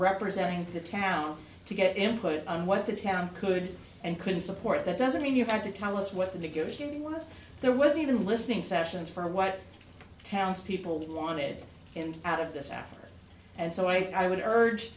representing the town to get input on what the town could and couldn't support that doesn't mean you have to tell us what the negotiating was there was even listening sessions for what townspeople wanted and out of this effort and so i would urge